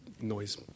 noise